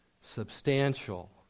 substantial